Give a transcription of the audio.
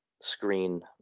screen